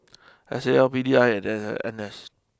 S A L P D I and N S